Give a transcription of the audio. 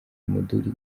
umuduri